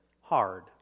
hard